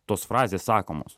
tos frazės sakomos